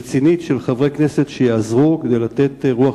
רצינית של חברי כנסת שיעזרו כדי לתת רוח